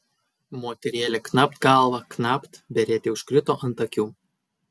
moterėlė knapt galva knapt beretė užkrito ant akių